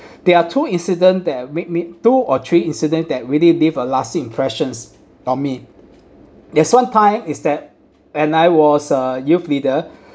there are two incident that made me two or three incidents that really leave a lasting impressions on me there's one time is that and I was a youth leader